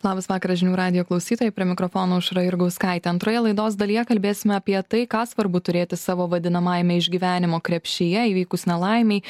labas vakaras žinių radijo klausytojai prie mikrofono aušra jurgauskaitė antroje laidos dalyje kalbėsime apie tai ką svarbu turėti savo vadinamajame išgyvenimo krepšyje įvykus nelaimei